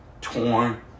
torn